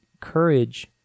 courage